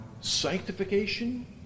sanctification